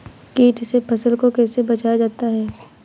कीट से फसल को कैसे बचाया जाता हैं?